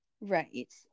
right